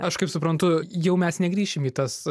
aš kaip suprantu jau mes negrįšim į tas